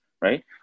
right